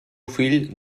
fill